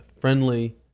friendly